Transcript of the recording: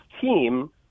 team